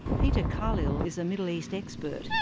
peter khalil is a middle east expert,